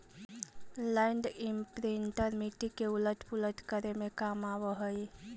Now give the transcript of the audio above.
land imprinter मिट्टी के उलट पुलट करे में काम आवऽ हई